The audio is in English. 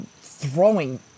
throwing